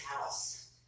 house